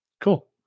Cool